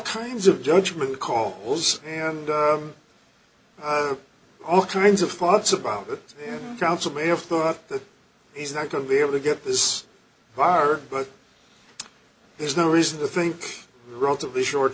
kinds of judgment calls and all kinds of thoughts about that counsel may have thought that he's not going to be able to get this far but there's no reason to think relatively short